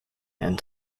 and